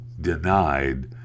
denied